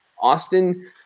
Austin